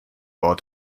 ort